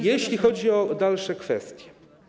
Jeśli chodzi o dalsze kwestie.